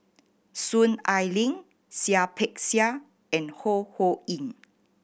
Soon Ai Ling Seah Peck Seah and Ho Ho Ying